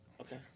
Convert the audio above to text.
Okay